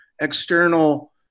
external